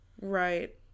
Right